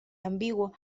ambiguo